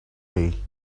day